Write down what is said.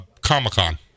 Comic-Con